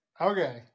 Okay